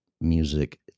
music